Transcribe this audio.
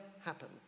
happen